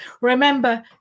Remember